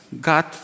God